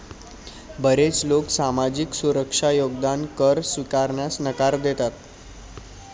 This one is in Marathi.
बरेच लोक सामाजिक सुरक्षा योगदान कर स्वीकारण्यास नकार देतात